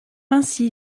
ainsi